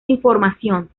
información